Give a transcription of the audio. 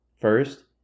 First